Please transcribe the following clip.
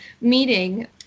Meeting